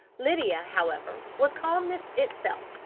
lydia, however, was calmness itself,